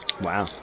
Wow